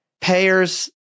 payers